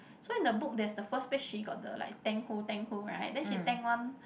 so in the book that's the first page sheet got the like thank who thank who right then she thank one